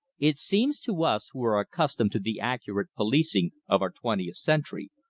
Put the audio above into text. it seems to us who are accustomed to the accurate policing of our twentieth century,